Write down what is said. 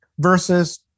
versus